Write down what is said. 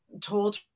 told